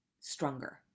stronger